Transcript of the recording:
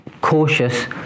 cautious